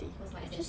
what's my aesthetic